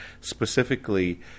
specifically